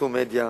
פרסום במדיה,